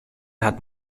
hat